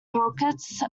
pockets